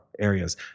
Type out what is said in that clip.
areas